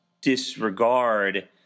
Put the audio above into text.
disregard